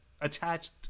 attached